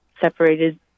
separated